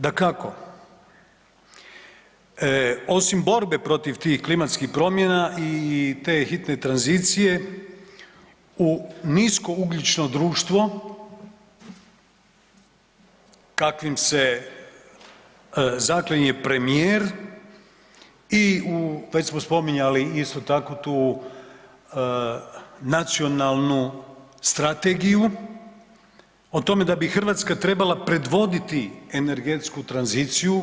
Dakako, osim borbe protiv tih klimatskih promjena i te hitne tranzicije u nisko ugljično društvo kakvim se zaklinje premijer i u, već smo spominjali isto tako tu nacionalnu strategiju, o tome da bi Hrvatska trebala predvoditi energetsku tranziciju.